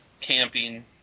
camping